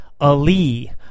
Ali